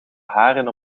haren